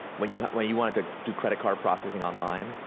when you when you wanted to do credit card processing online,